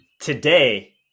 today